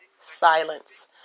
Silence